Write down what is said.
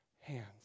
hands